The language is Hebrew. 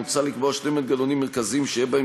מוצע לקבוע שני מנגנונים מרכזיים שיהיה בהם